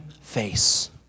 face